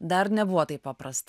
dar nebuvo taip paprasta